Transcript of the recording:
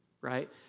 right